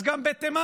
אז גם בתימן,